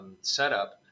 Setup